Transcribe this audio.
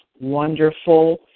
wonderful